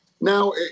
Now